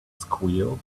squeal